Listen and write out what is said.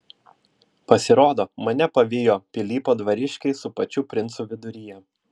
pasirodo mane pavijo pilypo dvariškiai su pačiu princu viduryje